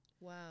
Wow